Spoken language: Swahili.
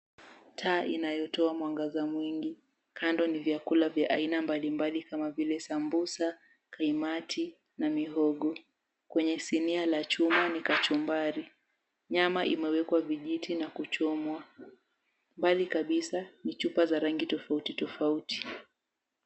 Taa inayotoa mwangaza mwingi. Kando ni vyakula vya aina mbali mbali kama vile sambusa, kaimati na mihogo. Kwenye sinia la chuma ni kachumbari. Nyama imewekwa vijiti na kuchomwa. Mbali kabisa ni chupa za rangi tofauti tofauti.